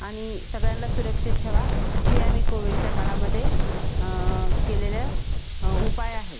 आणि सगळ्यांला सुरक्षित ठेवा हे आम्ही कोविडच्या काळामध्ये केलेलं उपाय आहे